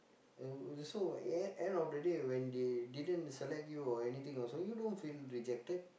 uh so e~ end of the day when they didn't select you or anything also you don't feel rejected